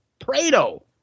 Prado